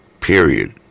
period